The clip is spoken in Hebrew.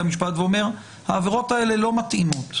המשפט ואומר שהעבירות האלה לא מתאימות.